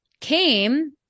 came